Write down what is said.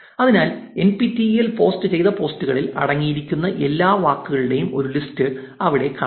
അതിനാൽ N P T E L post ചെയ്ത പോസ്റ്റുകളിൽ അടങ്ങിയിരിക്കുന്ന എല്ലാ വാക്കുകളുടെയും ഒരു ലിസ്റ്റ് അവിടെ കാണാം